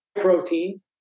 protein